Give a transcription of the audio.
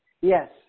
Yes